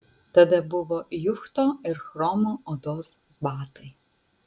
tada buvo juchto ir chromo odos batai